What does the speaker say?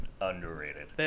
Underrated